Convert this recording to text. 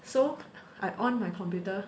so I on my computer